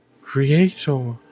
creator